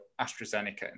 AstraZeneca